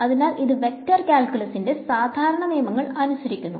അതിനാൽ ഇത് വെക്റ്റർ കാൽക്കുലസിന്റെ സാധാരണ നിയമങ്ങൾ അനുസരിക്കുന്നു